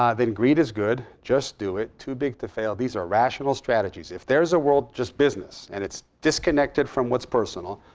um then greed is good, just do it, too big to fail. these are rational strategies. if there is a world, just business, and it's disconnected from what's personal,